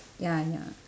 ya ya